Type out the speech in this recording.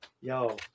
Yo